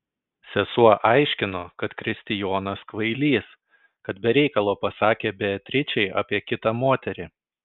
sesuo aiškino kad kristijonas kvailys kad be reikalo pasakė beatričei apie kitą moterį